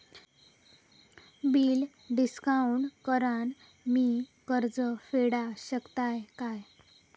Bill discount करान मी कर्ज फेडा शकताय काय?